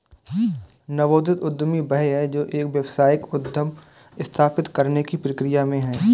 नवोदित उद्यमी वह है जो एक व्यावसायिक उद्यम स्थापित करने की प्रक्रिया में है